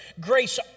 Grace